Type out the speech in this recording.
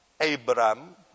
Abraham